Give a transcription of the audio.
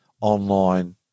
online